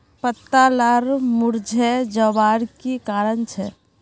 पत्ता लार मुरझे जवार की कारण छे?